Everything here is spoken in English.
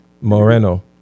moreno